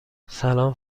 سلام